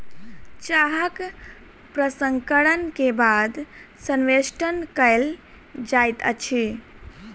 चाहक प्रसंस्करण के बाद संवेष्टन कयल जाइत अछि